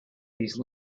these